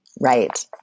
Right